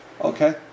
Okay